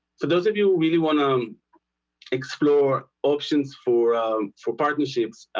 for those of you who really want to explore options for ah for partnerships.